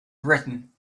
britain